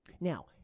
Now